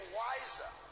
wiser